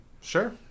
Sure